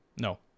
No